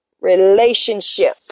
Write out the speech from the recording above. relationship